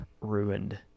ruined